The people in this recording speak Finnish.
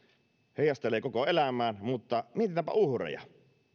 heijastelee koko elämään mutta mietitäänpä uhreja